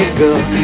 girl